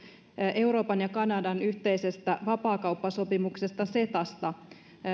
euroopan ja kanadan yhteisestä vapaakauppasopimuksesta cetasta